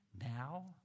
now